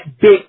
big